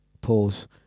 Pause